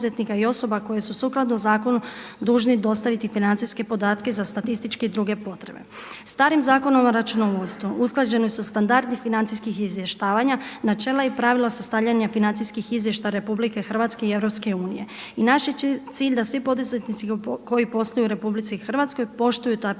Hrvatskoj još uvijek